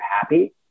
happy